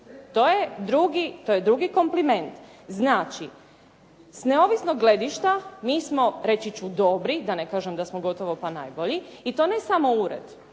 To je drugi kompliment. Znači, s neovisnog gledišta, mi smo reći ću dobri, da ne kažem da smo gotovo pa najbolji, i to ne samo ured